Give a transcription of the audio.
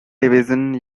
division